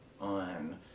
on